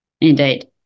indeed